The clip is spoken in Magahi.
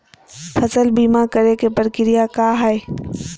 फसल बीमा करे के प्रक्रिया का हई?